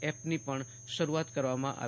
એપની પણ શરૂઆત કરવામાં આવી